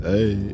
Hey